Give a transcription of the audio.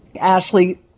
Ashley